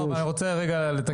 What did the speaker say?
אני רוצה רגע לתקן אותך.